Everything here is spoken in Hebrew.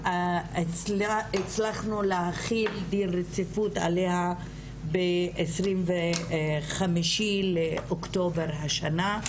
והצלחנו להחיל דין רציפות עליה ב-25 באוקטובר השנה,